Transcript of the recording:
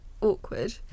awkward